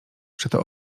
przeto